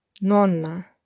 Nonna